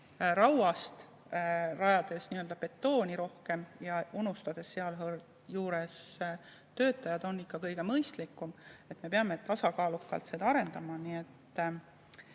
rauast rajades betooni rohkem, unustades sealjuures töötajad, on ikka kõige mõistlikum? Me peame tasakaalukalt seda arendama.